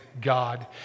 God